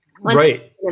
right